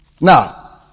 Now